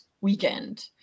weekend